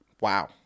Wow